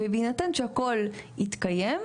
ובהינתן שהכול התקיים,